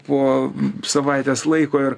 po savaitės laiko ir